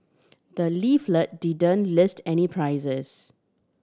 the leaflet didn't list any prices